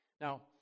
Now